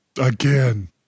Again